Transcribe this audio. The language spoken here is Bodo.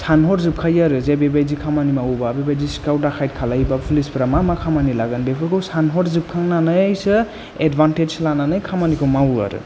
सानहरजोबखायो आरो जे बेबायदि खामानि मावोब्ला बेबायदि सिखाव दाखायथ खालायोब्ला पुलिसफोरा मा मा खामानि लागोन बेफोरखौ सानहरजोबखांनानैसो एडभान्टेज लानानै खामानिखौ मावो आरो